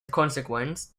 consequence